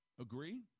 Agree